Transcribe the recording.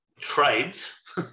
trades